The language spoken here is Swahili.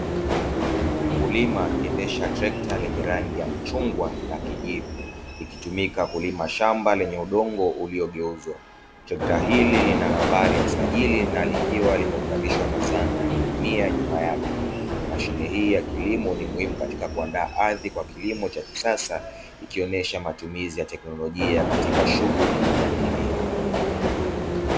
Mkulima akiendesha trekta lenye rangi ya machungwa na kijivu likitumika kulima shamba lenye udongo uliogeuzwa. Trekta hili lina namba za usajili na limeunganishwa na zana ya kulimia nyuma yake. Mashine hii ya kilimo ni muhimu kwa kuandaa ardhi kwa kilimo cha kisasa ikionesha matumizi ya teknolojia katika shughuli ya kilimo.